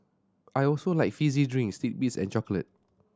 I also like fizzy drinks titbits and chocolate